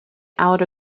out